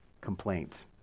complaint